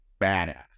badass